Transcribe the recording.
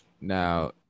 Now